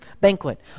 banquet